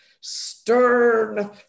stern